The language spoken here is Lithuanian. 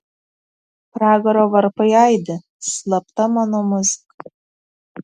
pragaro varpai aidi slapta mano muzika